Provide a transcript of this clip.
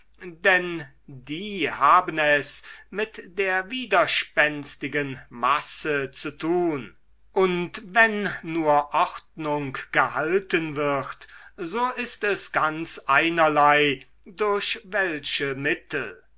denn die haben es mit der widerspenstigen masse zu tun und wenn nur ordnung gehalten wird so ist es ganz einerlei durch welche mittel